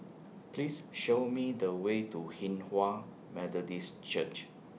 Please Show Me The Way to Hinghwa Methodist Church